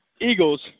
Eagles